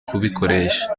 kubikoresha